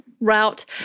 route